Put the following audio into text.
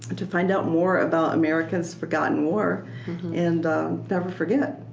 and to find out more about america's forgotten war and never forget.